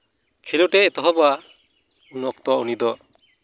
ᱠᱷᱤᱞᱳᱰᱮ ᱮᱛᱮᱦᱚᱵᱟ ᱩᱱ ᱚᱠᱛᱚ ᱩᱱᱤ ᱫᱚ